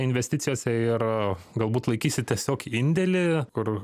investicijose ir galbūt laikysit tiesiog indėlį kur